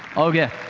okay.